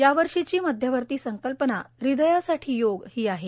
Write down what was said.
यावर्षीची मध्यवर्ती संकल्पना हृदयासाठी योग ही आहे